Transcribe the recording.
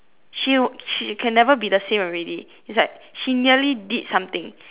she would she can never be the same already is like she nearly did something